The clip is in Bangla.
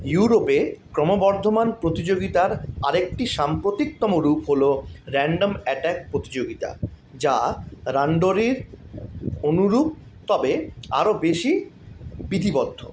ইউরোপে ক্রমবর্ধমান প্রতিযোগিতার আরেকটি সাম্প্রতিকতম রূপ হল র্যান্ডম অ্যাটাক প্রতিযোগিতা যা রানডোরির অনুরূপ তবে আরও বেশি বিধিবদ্ধ